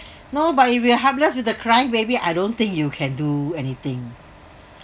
no but if we're helpless with the crying baby I don't think you can do anything